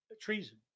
treason